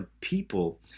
people